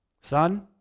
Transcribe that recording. Son